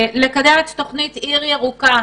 לקדם את תוכנית עיר ירוקה.